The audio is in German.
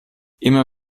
immer